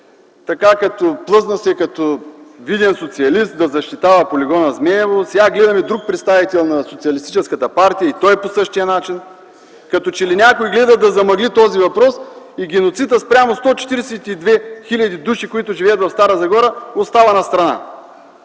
плъзна се като виден социалист да защитава полигона „Змейово”. Сега гледам друг представител на Социалистическата партия и той по същия начин, като че ли някой гледа да замъгли този въпрос и геноцидът спрямо 142 хиляди души, които живеят в Стара Загора, остава настрана.